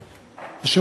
תודה,